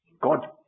God